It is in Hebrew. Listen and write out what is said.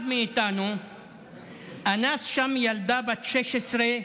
אחד מאיתנו אנס שם ילדה בת 16,